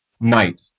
night